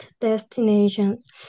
destinations